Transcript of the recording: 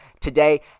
today